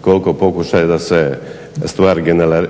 koliko pokušaj da se stvar